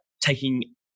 taking